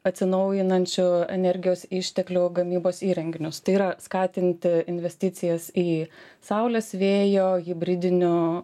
atsinaujinančių energijos išteklių gamybos įrenginius tai yra skatinti investicijas į saulės vėjo hibridinių